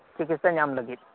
ᱪᱤᱠᱤᱛᱥᱟ ᱧᱟᱢ ᱞᱟᱹᱜᱤᱫ